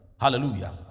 Hallelujah